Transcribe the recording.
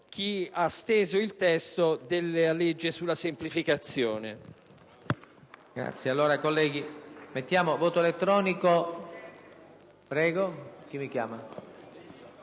chi ha steso il testo della legge sulla semplificazione.